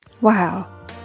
Wow